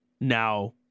now